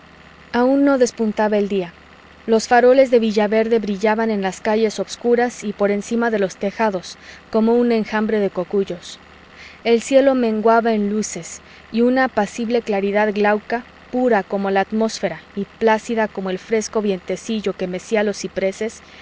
aun no despuntaba el día los faroles de villaverde brillaban en las calles obscuras y por encima de los tejados como un enjambre de cocuyos el cielo menguaba en luces y una apacible claridad glauca pura como la atmósfera y plácida como el fresco vientecillo que mecía los cipreses